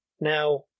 now